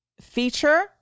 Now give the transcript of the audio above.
feature